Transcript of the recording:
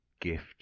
gift